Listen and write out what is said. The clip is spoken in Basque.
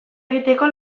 egiteko